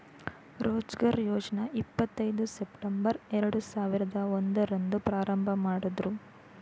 ರೋಜ್ಗಾರ್ ಯೋಜ್ನ ಇಪ್ಪತ್ ಐದು ಸೆಪ್ಟಂಬರ್ ಎರಡು ಸಾವಿರದ ಒಂದು ರಂದು ಪ್ರಾರಂಭಮಾಡುದ್ರು